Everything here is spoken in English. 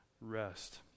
rest